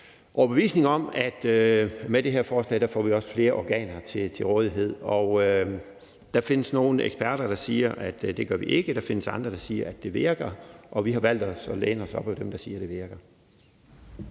med det her forslag også får flere organer til rådighed. Der findes nogle eksperter, der siger, at det gør vi ikke, der findes andre, der siger, at det virker, og vi har valgt at læne os op ad dem, der siger, at det virker.